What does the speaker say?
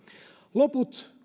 lopuissa